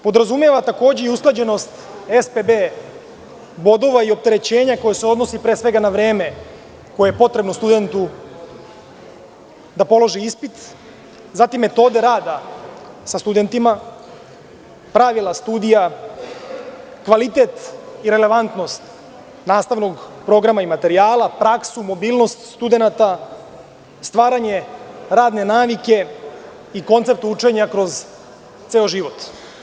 Podrazumeva takođe i usklađenost SPB bodova i opterećenja koja se odnose pre svega na vreme koje je potrebno studentu da položi ispit, zatim metode rada sa studentima, pravila studija, kvalitet i relevantnost nastavnog programa i materijala, praksu, mobilnost studenata, stvaranje radne navike i koncept učenja kroz ceo život.